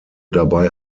dabei